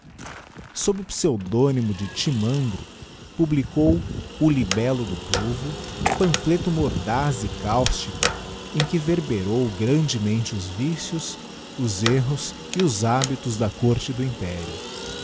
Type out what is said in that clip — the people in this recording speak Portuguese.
sob o pseudonymo de timandro publicou o libello do povo pamphleto mordaz e cáustico em que verberou grandemente os vicios os erros e os hábitos da corte do império